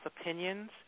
opinions